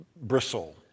bristle